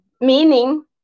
meaning